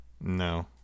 No